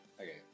okay